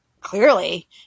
Clearly